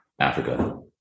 Africa